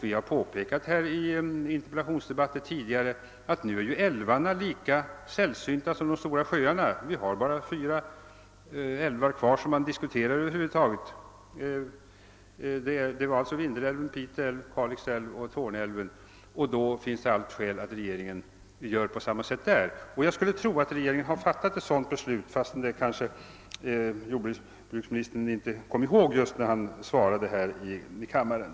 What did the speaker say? Vi har i interpellationsdebatter påpekat att älvarna nu är lika sällsynta som de stora sjöarna. Vi har bara fyra älvar kvar att över huvud taget diskutera. Det är Vindelälven, Pite älv, Kalixälven och Torneälven, och då finns det alla skäl att regeringen gör på samma sätt med dessa. Jag skulle tro att regeringen har fattat ett sådant beslut fastän jordbruksministern inte kom ihåg det just när han svarade här i kammaren.